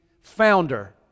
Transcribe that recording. founder